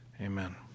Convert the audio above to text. Amen